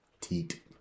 teat